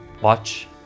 watch